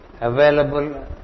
available